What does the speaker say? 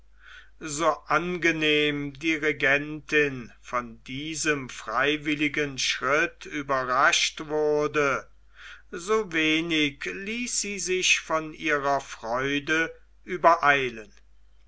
so angenehm die regentin von diesem freiwilligen schritt überrascht wurde so wenig ließ sie sich von ihrer freude übereilen